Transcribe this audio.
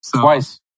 twice